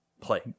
play